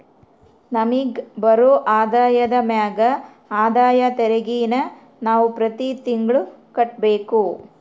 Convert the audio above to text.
ನಮಿಗ್ ಬರೋ ಆದಾಯದ ಮ್ಯಾಗ ಆದಾಯ ತೆರಿಗೆನ ನಾವು ಪ್ರತಿ ತಿಂಗ್ಳು ಕಟ್ಬಕು